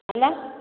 hello